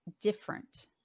different